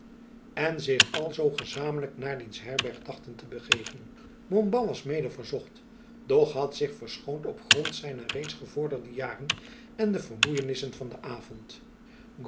en zich alzoo gezamenlijk naar diens herberg dachten te begeven montbas was mede verzocht doch had zich verschoond op grond zijner reeds gevorderde jaren en de vermoeienissen van den avond